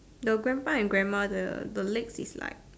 the grandpa and grandma the the legs is like